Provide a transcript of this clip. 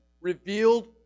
revealed